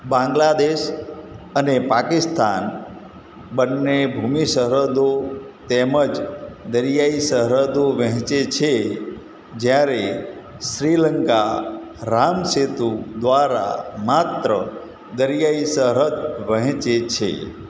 બાંગ્લાદેશ અને પાકિસ્તાન બંને ભૂમિ સરહદો તેમજ દરિયાઈ સરહદો વહેંચે છે જ્યારે શ્રીલંકા રામ સેતુ દ્વારા માત્ર દરિયાઈ સરહદ વહેંચે છે